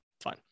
Fine